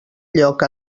lloc